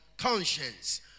Conscience